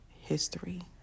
history